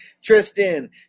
Tristan